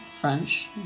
French